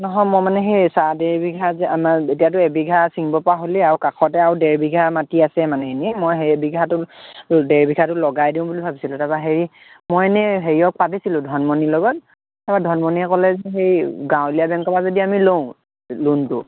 নহয় মই মানে হেই চাহ ডেৰবিঘা যে আমাৰ এতিয়াতো এবিঘা চিঙিব পৰা হ'লেই আৰু কাষতে আৰু ডেৰবিঘা মাটি আছে মানে এনেই মই সেই বিঘাটো ডেৰবিঘাটো লগাই দিওঁ বুলি ভাবিছিলোঁ তাৰপৰা হেৰি মই এনে হেৰিয়ক পাতিছিলোঁ ধনমণিৰ লগত অঁ ধনমণিয়ে ক'লে যে এই গাঁৱলীয়া বেংকৰ পৰা যদি আমি লওঁ লোণটো